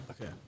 Okay